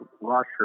rusher